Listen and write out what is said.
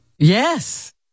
Yes